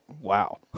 wow